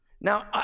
Now